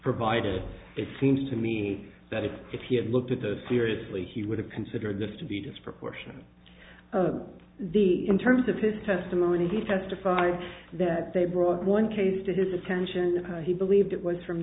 provided it seems to me that it if he had looked at the seriously he would have considered this to be disproportionate o the in terms of his testimony he testified that they brought one case to his attention he believed it was from